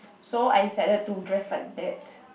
so I decided to dress like that